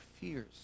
fears